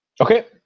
okay